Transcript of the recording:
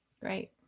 Great